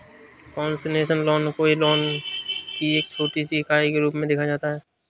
concessional loan को loan की एक छोटी सी इकाई के रूप में देखा जाता है